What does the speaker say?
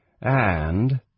And